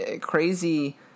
crazy